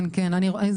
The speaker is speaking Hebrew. זה